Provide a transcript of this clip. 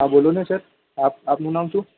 હા બોલોને સાહેબ આપ આપનું નામ શું